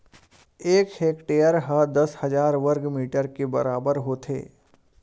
एक हेक्टेअर हा दस हजार वर्ग मीटर के बराबर होथे